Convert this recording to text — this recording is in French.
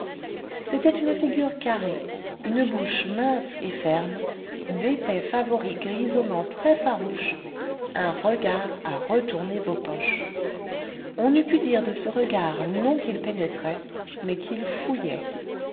c'était une figure carrée une bouche mince et ferme d'épais favoris grisonnants très farouches un regard à retourner vos poches on eût pu dire de ce regard non qu'il pénétrait mais qu'il fouillait